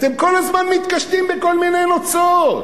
אתם כל הזמן מתקשטים בכל מיני נוצות.